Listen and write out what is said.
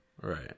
Right